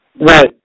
Right